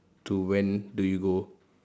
to when do you go